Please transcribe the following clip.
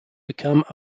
become